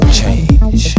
change